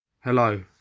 Hello